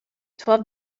twelve